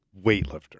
weightlifter